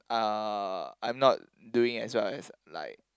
uh I'm not doing as well as like